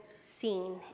seen